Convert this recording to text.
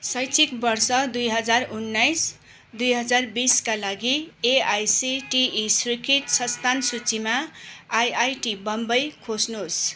शैक्षिक वर्ष दुई हजार उन्नाइस दुई हजार बिसका लागि एआइसिटिई स्वीकृत संस्थान सूचीमा आइआइटी बम्बई खोज्नुहोस्